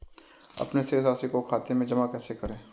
अपने शेष राशि को खाते में जमा कैसे करें?